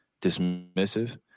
dismissive